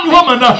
woman